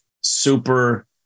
super